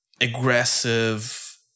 aggressive